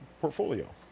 portfolio